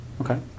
Okay